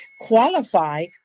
qualify